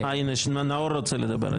אה, הינה, נאור רוצה לדבר.